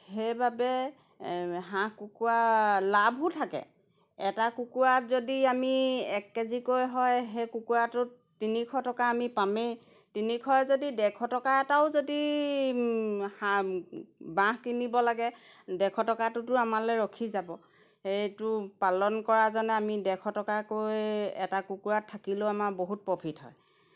সেইবাবে হাঁহ কুকুৰা লাভো থাকে এটা কুকুৰাত যদি আমি এক কেজিকৈ হয় সেই কুকুৰাটোত তিনিশ টকা আমি পামেই তিনিশই যদি ডেৰশ টকা এটাও যদি হাঁহ বাঁহ কিনিব লাগে ডেৰশ টকাটোতো আমালৈ ৰখি যাব সেইটো পালন কৰাজনে আমি ডেৰশ টকাকৈ এটা কুকুৰাত থাকিলেও আমাৰ বহুত প্ৰফিট হয়